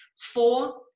Four